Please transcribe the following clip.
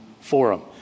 forum